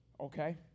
Okay